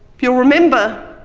you'll remember,